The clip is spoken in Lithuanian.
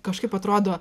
kažkaip atrodo